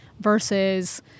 versus